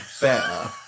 better